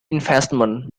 investment